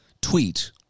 tweet